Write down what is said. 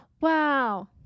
wow